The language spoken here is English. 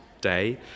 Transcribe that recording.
day